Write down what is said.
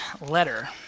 letter